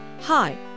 Hi